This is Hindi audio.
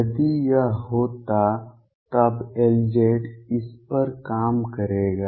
यदि यह होता तब Lz इस पर काम करेगा